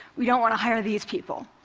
we don't want to hire these people.